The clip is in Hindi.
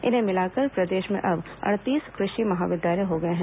इन्हें मिलाकर प्रदेश में अब अड़तीस कृषि महाविद्यालय हो गए हैं